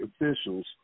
officials